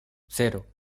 cero